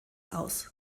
aus